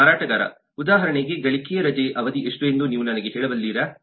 ಮಾರಾಟಗಾರ ಉದಾಹರಣೆಗೆ ಗಳಿಕೆಯ ರಜೆಯ ಅವಧಿ ಎಷ್ಟು ಎಂದು ನೀವು ನನಗೆ ಹೇಳಬಲ್ಲಿರಾ